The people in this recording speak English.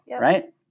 right